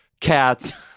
Cats